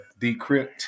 decrypt